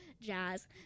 jazz